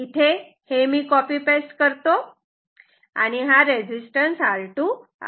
इथे हे मी कॉपी पेस्ट करतो आणि हा R2 आहे